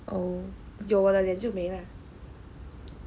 oh 有我的脸就美美